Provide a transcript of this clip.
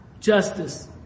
justice